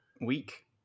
week